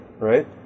right